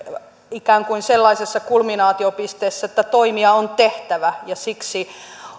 ikään kuin sellaisessa kulminaatiopisteessä että toimia on tehtävä ja siksi